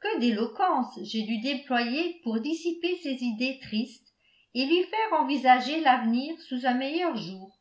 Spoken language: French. que d'éloquence j'ai dû déployer pour dissiper ces idées tristes et lui faire envisager l'avenir sous un meilleur jour